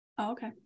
Okay